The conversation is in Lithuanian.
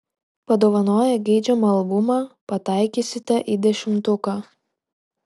padovanoję geidžiamą albumą pataikysite į dešimtuką